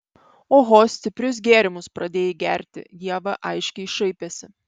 oho stiprius gėrimus pradėjai gerti ieva aiškiai šaipėsi